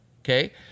Okay